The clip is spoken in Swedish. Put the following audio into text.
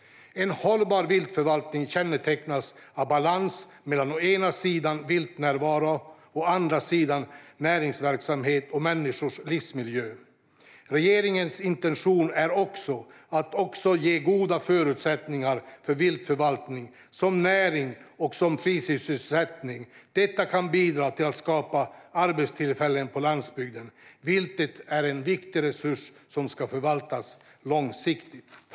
En hållbar viltförvaltning kännetecknas av balans mellan å ena sidan viltnärvaro och å andra sidan näringsverksamheter och människors livsmiljöer. Regeringens intention är också att ge goda förutsättningar för viltförvaltning som näring och som fritidssysselsättning. Detta kan bidra till att skapa arbetstillfällen på landsbygden. Viltet är en viktig resurs som ska förvaltas långsiktigt.